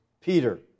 Peter